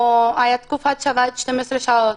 או הייתה תקופה שעבדתי 12 שעות,